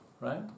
right